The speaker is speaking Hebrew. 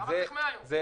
למה צריך 100 ימים?